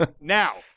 Now